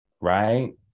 right